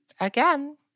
Again